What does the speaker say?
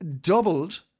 doubled